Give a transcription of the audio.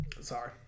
Sorry